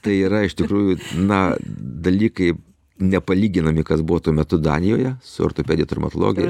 tai yra iš tikrųjų na dalykai nepalyginami kas buvo tuo metu danijoje su ortopedija traumatologija